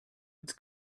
its